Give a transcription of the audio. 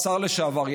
השר לשעבר,